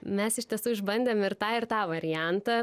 mes iš tiesų išbandėm ir tą ir tą variantą